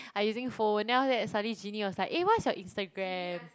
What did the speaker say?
I using phone then after that suddenly Genie was like eh what's your Instagram